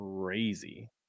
crazy